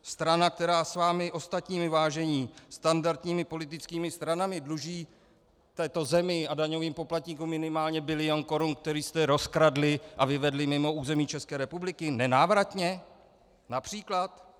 Strana, která s vámi ostatními, vážení, standardními politickými stranami dluží této zemi a daňovým poplatníkům minimálně bilion korun, který jste rozkradli a vyvedli mimo území České republiky nenávratně, například.